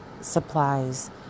supplies